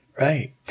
Right